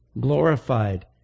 glorified